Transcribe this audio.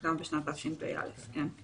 גם בשנת תשפ"א, כן.